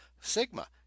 sigma